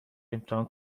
امتحان